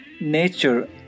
nature